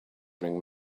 bring